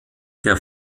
der